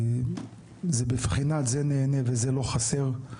זה בבחינת זה נהנה וזה לא חסר.